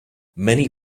many